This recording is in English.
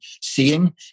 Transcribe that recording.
seeing